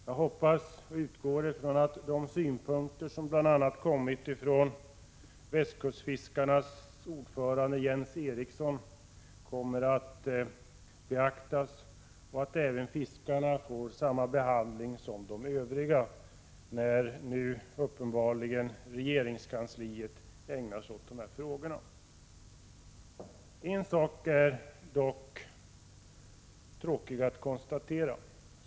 Jag hoppas och utgår från att de synpunkter som bl.a. Västkustfiskarnas ordförande Jens Eriksson framfört också kommer att beaktas och att även fiskarna får den behandling som de övriga, när nu uppenbarligen regeringskansliet ägnar sig åt dessa frågor. En sak är dock tråkig att konstatera.